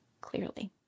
Clearly